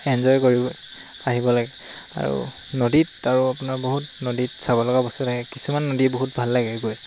enjoy কৰি আহিব লাগে আৰু নদীত আৰু আপোনাৰ বহুত নদীত চাব লগা বস্তু থাকে কিছুমান নদীত বহুত ভাল লাগে গৈ